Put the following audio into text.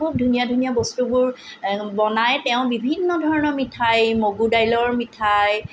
খুব ধুনীয়া ধুনীয়া বস্তুবোৰ বনাই তেওঁ বিভিন্ন ধৰণৰ মিঠাই মগু দাইলৰ মিঠাই